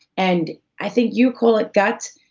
and i think you call it gut,